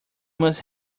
must